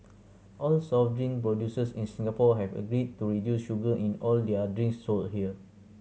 all soft drink producers in Singapore have agreed to reduce sugar in all their drinks sold here